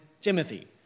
Timothy